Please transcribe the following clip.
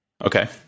Okay